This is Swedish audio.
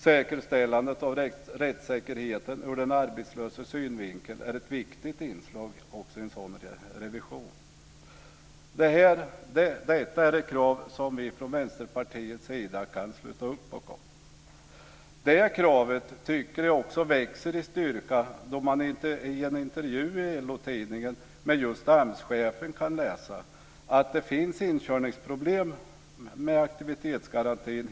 Säkerställandet av rättssäkerheten ur den arbetslöses synvinkel är ett viktigt inslag i en sådan revision. Detta krav kan vi i Vänsterpartiet sluta upp bakom. Det här kravet tycker jag växer i styrka. I en intervju i LO-tidningen kan man i en intervju med just AMS-chefen läsa att det helt naturligt finns inkörningsproblem med aktivitetsgarantin.